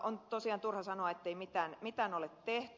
on tosiaan turha sanoa ettei mitään ole tehty